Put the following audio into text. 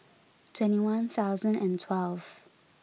twenty one thousand and twelve